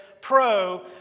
pro